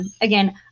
again